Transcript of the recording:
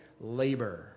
Labor